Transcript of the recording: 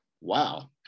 wow